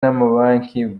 n’amabanki